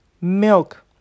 milk